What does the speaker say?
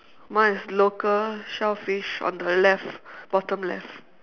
mine is local shellfish on the left bottom left